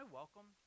welcome